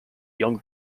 young